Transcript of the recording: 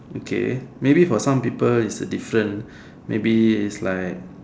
okay maybe for some people is a different maybe is like